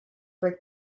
break